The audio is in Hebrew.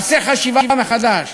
עשה חשיבה מחדש,